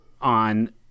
on